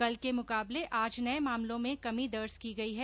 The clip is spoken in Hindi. कल के मुकाबले आज नये मामलों में कमी दर्ज की गई है